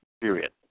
Period